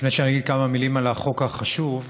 לפני שאגיד כמה מילים על החוק החשוב,